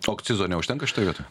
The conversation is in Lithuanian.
o akcizo neužtenka šitoj vietoj